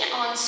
on